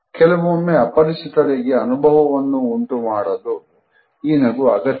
ಕೆಲವೊಮ್ಮೆ ಅಪರಿಚಿತರಿಗೆ ಅನುಭವವನ್ನು ಉಂಟುಮಾಡಲು ಈ ನಗು ಅಗತ್ಯ